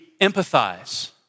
empathize